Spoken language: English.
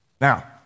Now